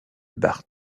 bart